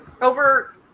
over